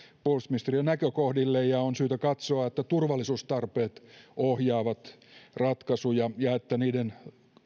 puolustusministeriön näkökohdille on syytä katsoa että turvallisuustarpeet ohjaavat ratkaisuja ja että niiden